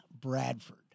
Bradford